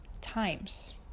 times